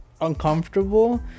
uncomfortable